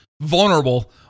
vulnerable